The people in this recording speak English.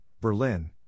Berlin